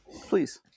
please